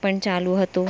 પણ ચાલું હતું